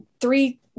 three